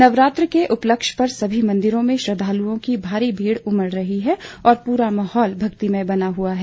नवरात्र के उपलक्ष्य पर सभी मंदिरों में श्रद्वालुओं की भारी भीड़ उमड़ रही है और पूरा माहौल भक्तिमय बना हुआ है